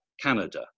Canada